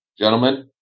Gentlemen